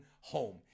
home